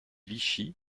vichy